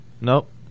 Nope